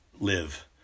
live